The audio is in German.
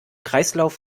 kreislauf